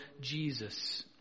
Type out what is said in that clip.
Jesus